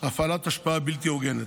השפעה בלתי הוגנת.